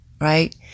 right